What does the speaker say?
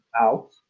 out